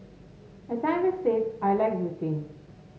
as I have said I like routine